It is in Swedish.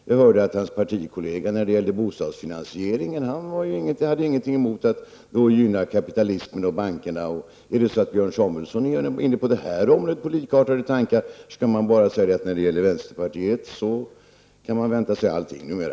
Jag hörde att hans partikollega när det gällde bostadsfinansieringen inte hade någonting emot att gynna kapitalismen och bankerna. Är Björn Samuelson inne på likartade tankar, så kan man bara säga att när det gäller vänsterpartiet kan man vänta sig allting numera.